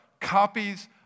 copies